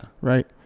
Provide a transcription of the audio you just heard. right